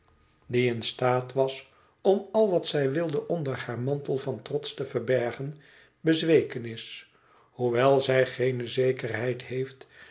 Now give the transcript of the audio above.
die in staat was om al wat zij wilde onder haar mantel van trots te verbergen bezweken is hoewel zij geene zekerheid heeft